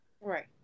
Right